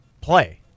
play